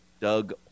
doug